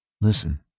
Listen